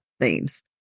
themes